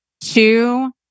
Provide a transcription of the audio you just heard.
two